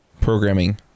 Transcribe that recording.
programming